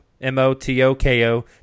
M-O-T-O-K-O